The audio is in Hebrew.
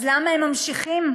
אז למה הם ממשיכים?